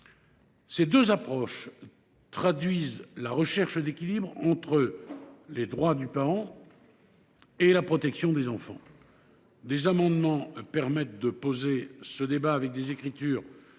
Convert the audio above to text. Ces deux approches traduisent la recherche d’équilibre entre les droits du parent et la protection des enfants. Des amendements posent ce débat, avec des rédactions